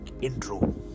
intro